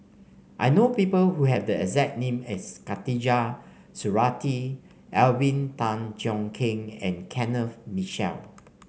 I know people who have the exact name as Khatijah Surattee Alvin Tan Cheong Kheng and Kenneth Mitchell